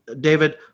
David